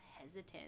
hesitant